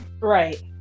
Right